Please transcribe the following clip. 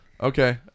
Okay